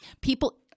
people